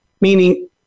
Meaning